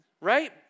right